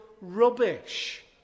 rubbish